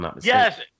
Yes